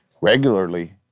regularly